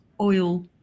oil